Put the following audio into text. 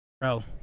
bro